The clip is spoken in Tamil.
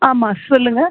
ஆமாம் சொல்லுங்கள்